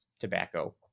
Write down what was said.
tobacco